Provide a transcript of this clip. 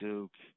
Duke